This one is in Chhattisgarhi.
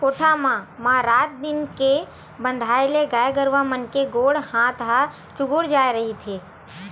कोठा म म रात दिन के बंधाए ले गाय गरुवा मन के गोड़ हात ह चूगूर जाय रहिथे